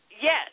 Yes